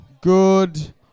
good